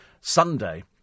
Sunday